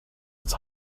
its